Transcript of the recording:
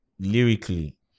Lyrically